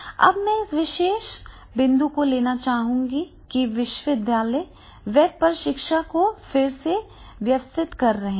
अब मैं इस विशेष बिंदु को लेना चाहूंगा कि विश्वविद्यालय वेब पर शिक्षा को फिर से व्यवस्थित कर रहे हैं